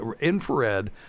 infrared